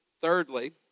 Thirdly